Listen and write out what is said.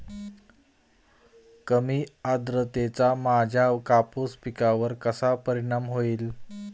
कमी आर्द्रतेचा माझ्या कापूस पिकावर कसा परिणाम होईल?